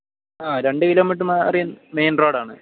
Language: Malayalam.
ആ രണ്ടു കിലോമീറ്റർ മാറി മെയിൻ റോഡാണ്